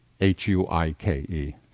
H-u-i-k-e